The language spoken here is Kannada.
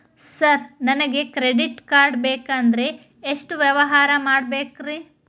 ಸರ್ ನನಗೆ ಕ್ರೆಡಿಟ್ ಕಾರ್ಡ್ ಬೇಕಂದ್ರೆ ಎಷ್ಟು ವ್ಯವಹಾರ ಮಾಡಬೇಕ್ರಿ?